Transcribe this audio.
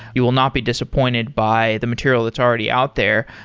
you will not be disappointed by the material that's already out there.